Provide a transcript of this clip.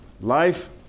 Life